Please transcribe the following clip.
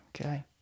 Okay